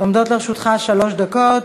עומדות לרשותך שלוש דקות.